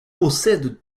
possède